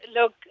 Look